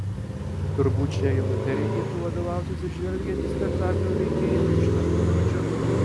turbūt šia eilute reikėtų vadovautis ir žvelgiant į spektaklio veikėjų ištartus žodžius